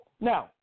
now